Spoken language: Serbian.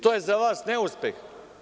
To je za vas neuspeh?